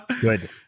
Good